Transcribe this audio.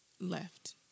left